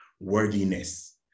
worthiness